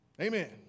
Amen